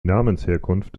namensherkunft